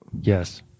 Yes